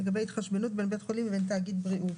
לגבי תשלום בעד שירותי רפואה פרטית.